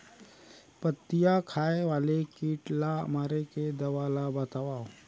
पत्तियां खाए वाले किट ला मारे के दवा ला बतावव?